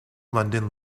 london